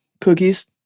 Cookies